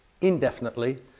indefinitely